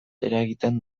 eragiten